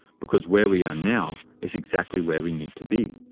because where we are now is exactly where we need to be.